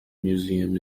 museum